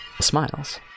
smiles